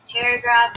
paragraph